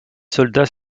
soldats